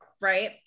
right